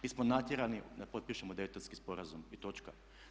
Mi smo natjerani da potpišemo Daytonski sporazum i točka.